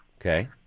Okay